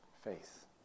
Faith